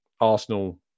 Arsenal